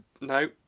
No